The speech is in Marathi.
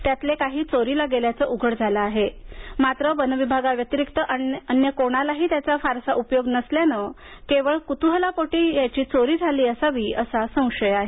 यातले काही चोरीला गेल्याचं उघड झालं आहे मात्र वन विभागाव्यतिरिक्त अन्य कोणालाही त्याचा फारसा उपयोग नसल्यानं केवळ क्तूहलापोटी या चोरी झाली असावी असा संशय आहे